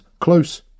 close